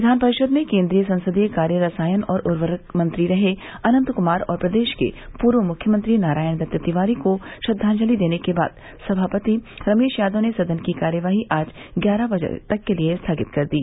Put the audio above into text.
विघान परिषद में केन्द्रीय संसदीय कार्य रसायन और उर्वरक मंत्री रहे अनन्त कुमार और प्रदेश के पूर्व मुख्यमंत्री नारायण दत्त तिवारी को श्रद्वाजंसि देने के बाद सभापति रमेश यादव ने सदन की कार्यवाही आज ग्यारह बजे तक के लिये स्थगित कर दी